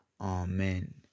Amen